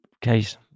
case